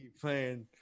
playing